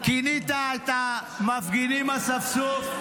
פיך נוטף רעל.